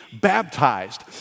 baptized